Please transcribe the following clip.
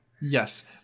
Yes